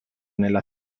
nella